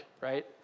right